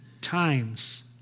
times